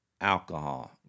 alcohol